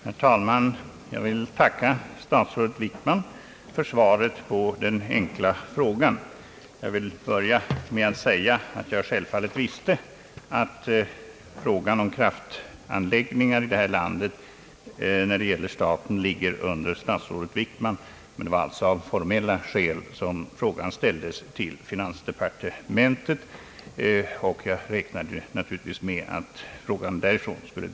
Herr talman! Jag tackar statsrådet Wickman för svaret på min enkla frå : Jag vill börja med att. säga att jag självfallet visste att ärenden om kraftanläggningar på det statliga området här i landet handlägges av statsrådet Wickman, men det var av formella skäl som min. fråga ställdes till finansministern. Jag räknade naturligtvis med att ärendet skulle.